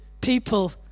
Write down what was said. people